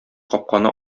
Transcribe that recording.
капканы